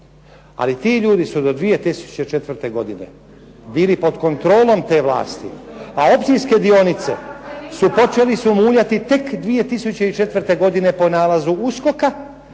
ali ti ljudi su 2004. godine bili pod kontrolom te vlasti, a opcijske dionice, počeli su muljati tek 2004. godine po nalazu USKOK-a